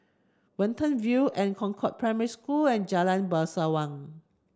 Watten View an Concord Primary School and Jalan Bangsawan